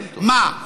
מה,